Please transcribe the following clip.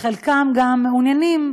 וחלקם גם מעוניינים,